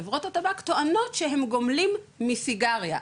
חברות הטבק טוענות שהם גומלים מסיגריה,